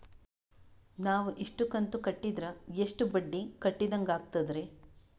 ನಾವು ಇಷ್ಟು ಕಂತು ಕಟ್ಟೀದ್ರ ಎಷ್ಟು ಬಡ್ಡೀ ಕಟ್ಟಿದಂಗಾಗ್ತದ್ರೀ?